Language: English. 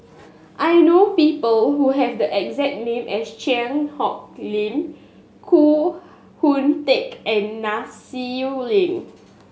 I know people who have the exact name as Cheang Hong Lim Koh Hoon Teck and Nai Swee Leng